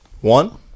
one